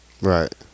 Right